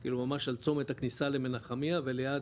כאילו ממש על צומת הכניסה למנחמיה וליד